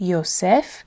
Yosef